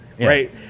right